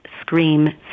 scream